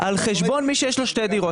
על חשבון מי שיש לו שתי דירות.